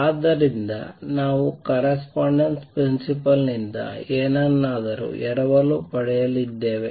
ಆದ್ದರಿಂದ ನಾವು correspondence principle ನಿಂದ ಏನನ್ನಾದರೂ ಎರವಲು ಪಡೆಯಲಿದ್ದೇವೆ